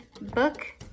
book